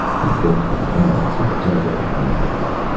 he looked from honath to mathild, and back again.